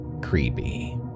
creepy